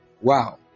Wow